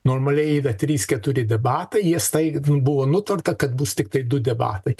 normaliai yra trys keturi debatai jie staigiai buvo nutarta kad bus tiktai du debatai